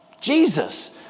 Jesus